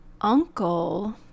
Uncle